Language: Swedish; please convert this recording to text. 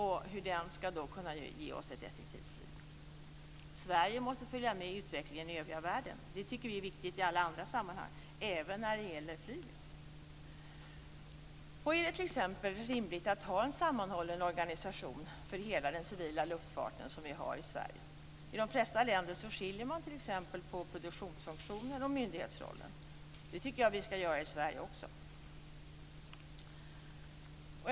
Sverige måste följa med i utvecklingen i den övriga världen. Det tycker vi är viktigt i alla andra sammanhang, och det tycker vi även när det gäller flyget. Är det t.ex. rimligt att ha en sammanhållen organisation för hela den civila luftfarten, som vi har i Sverige? I de flesta länder skiljer man t.ex. mellan produktionsfunktionerna och myndighetsrollen. Det tycker jag att vi ska göra i Sverige också.